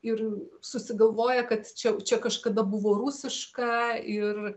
ir susigalvoja kad čia čia kažkada buvo rusiška ir